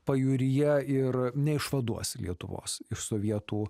pajūryje ir neišvaduos lietuvos iš sovietų